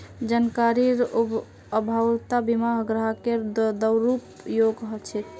जानकारीर अभाउतो बीमा ग्राहकेर दुरुपयोग ह छेक